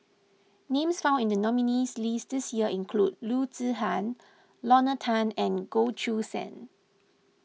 names found in the nominees' list this year include Loo Zihan Lorna Tan and Goh Choo San